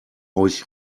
euch